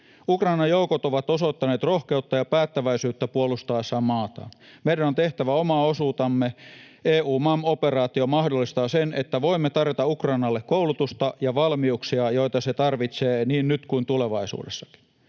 joukot ovat osoittaneet rohkeutta ja päättäväisyyttä puolustaessaan maataan. Meidän on tehtävä oma osuutemme. EUMAM-operaatio mahdollistaa sen, että voimme tarjota Ukrainalle koulutusta ja valmiuksia, joita se tarvitsee niin nyt kuin tulevaisuudessakin.